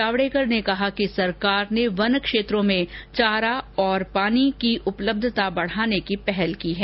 जावडेकर ने कहा कि सरकार ने वन क्षेत्रों में चारा और पानी की उपलब्धता बढाने की पहल की है